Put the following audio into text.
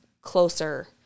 closer